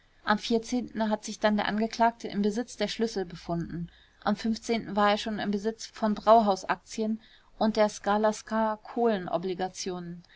am hat sich dann der angeklagte im besitz der schlüssel befunden am war er schon im besitz von brauhaus aktien und der sclascaer kohlen obligationen